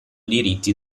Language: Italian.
diritto